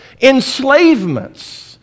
enslavements